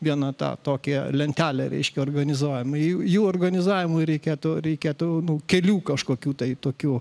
vieną tą tokią lentelę reiškia organizuojami jų organizavimui reikėtų reikėtų nu kelių kažkokių tai tokių